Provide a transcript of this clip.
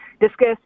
discuss